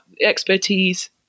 expertise